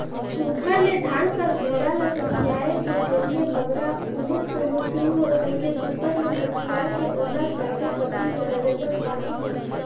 सुग्घर ले धान कर बीड़ा ल सथियाए के जेम्हे बगरा उलु फुलु झिन होए कहिके सुघर ले सथियाए के ओला चाएरो कती ले बजरबट बाधल जाथे